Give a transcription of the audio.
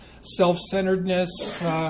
self-centeredness